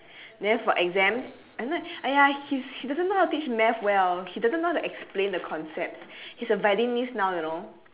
then for exams !aiya! he's' he doesn't know how to teach math well he doesn't know how to explain the concepts he's a violinist now you know